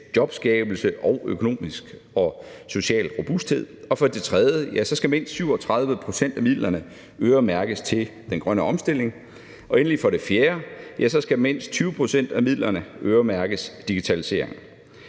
jobskabelse og økonomisk og social robusthed; for det tredje skal mindst 37 pct. af midlerne øremærkes til den grønne omstilling; og endelig for det fjerde skal mindst 20 pct. af midlerne øremærkes til digitalisering.